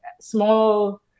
small